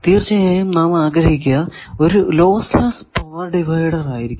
തീർച്ചയായും നാം ആഗ്രഹിക്കുക ഒരു ലോസ് ലെസ്സ് പവർ ഡിവൈഡർ ആയിരിക്കും